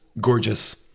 gorgeous